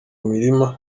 mirima